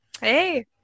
Hey